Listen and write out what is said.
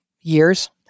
years